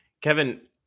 Kevin